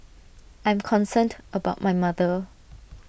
I'm concerned about my mother